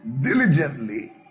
diligently